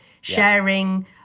sharing